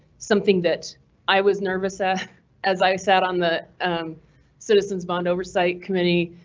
something that i was nervous at as i sat on the citizens bond oversight committee